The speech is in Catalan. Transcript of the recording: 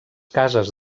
cases